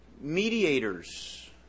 mediators